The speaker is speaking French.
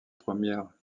première